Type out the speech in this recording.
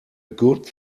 good